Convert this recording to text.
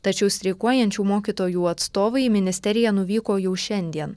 tačiau streikuojančių mokytojų atstovai į ministeriją nuvyko jau šiandien